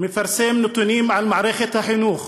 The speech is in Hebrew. נתונים על מערכת החינוך